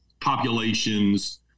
populations—